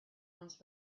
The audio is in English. once